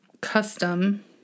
custom